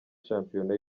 shampiyona